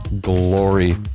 glory